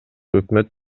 өкмөт